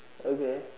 okay